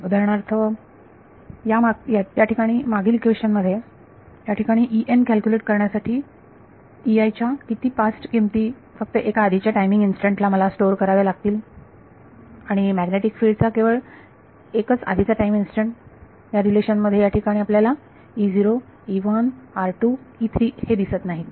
तर उदाहरणार्थ याठिकाणी मागील ह्या इक्वेशन मध्ये याठिकाणी कॅल्क्युलेट करण्यासाठी च्या किती पास किमती फक्त एका आधीच्या टाइमिंग इन्स्टंट ला मला स्टोर करायला लागतील आणि मॅग्नेटिक फिल्ड चा केवळ एकच आधीचा टाईम इन्स्टंट या रिलेशन मध्ये या ठिकाणी आपल्याला हे दिसत नाहीत